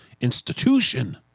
institution